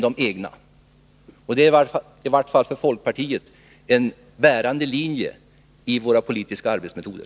Det är i varje fall en bärande linje för folkpartiets politiska arbetsmetoder.